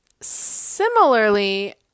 similarly